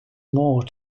more